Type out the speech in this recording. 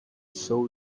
sow